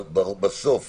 אבל בסוף